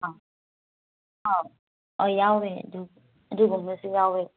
ꯑꯪ ꯑꯧ ꯑꯥ ꯌꯥꯎꯋꯦ ꯑꯗꯨ ꯑꯗꯨꯒꯨꯝꯕꯁꯨ ꯌꯥꯎꯋꯦ